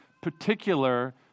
particular